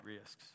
risks